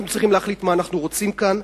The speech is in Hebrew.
אנחנו צריכים להחליט מה אנחנו רוצים כאן,